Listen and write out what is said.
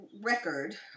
record